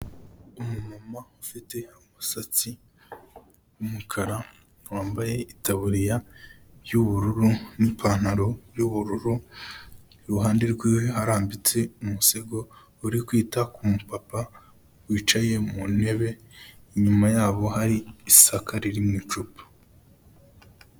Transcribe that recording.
Umumama ufite umusatsi w'umukara wambaye itaburiya y'ubururu n'ipantaro y'ubururu, iruhande rw'iwe harambitse umusego uri kwita ku mupapa wicaye mu ntebe, inyuma yabo hari isaka riri mu icupa.